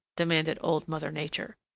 demanded old mother nature.